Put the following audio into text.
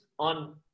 on